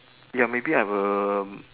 ya maybe I will